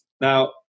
now